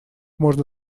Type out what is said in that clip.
можно